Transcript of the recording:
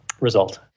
result